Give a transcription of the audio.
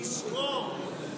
תזכור.